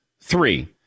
three